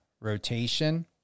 rotation